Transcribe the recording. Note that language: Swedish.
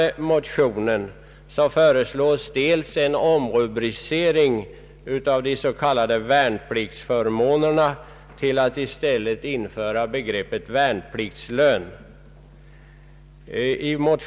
I motionen föreslår vi en omrubrice ring av de s.k. värnpliktsförmånerna till att i stället avse värnpliktslön.